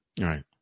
Right